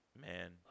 man